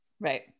right